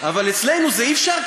אבל אצלנו זה אי-אפשר,